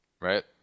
Right